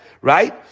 Right